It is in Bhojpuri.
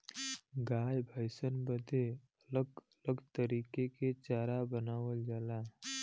गाय भैसन बदे अलग अलग तरीके के चारा बनावल जाला